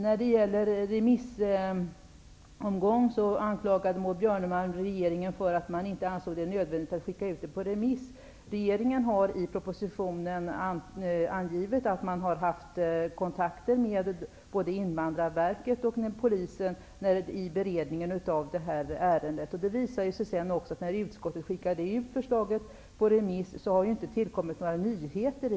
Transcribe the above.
Maud Björnemalm anklagade regeringen för att den inte ansåg det nödvändigt att skicka ut förslaget på remiss. Regeringen har i propositionen angivit att man har haft kontakter med både Invandrarverket och Polisen under beredningen av detta ärende. När sedan utskottet skickade ut sitt förslag på remiss tillkom inte något nytt.